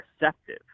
receptive